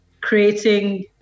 creating